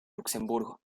luxemburgo